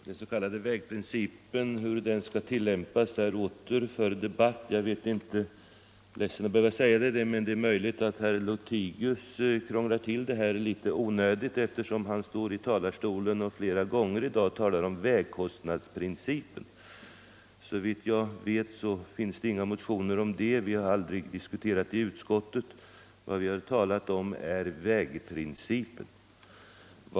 Herr talman! Frågan om hur den s.k. vägprincipen skall tillämpas är åter föremål för debatt. Jag är ledsen att behöva säga det, men jag undrar om inte herr Lothigius krånglar till debatten litet i onödan, eftersom han flera gånger i dag stått i talarstolen och talat om vägkostnadsprincipen. Såvitt jag vet finns det inga motioner om en sådan princip, och vi har aldrig diskuterat den i utskottet heller, utan vad vi har talat om är vägprincipen.